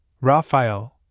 Raphael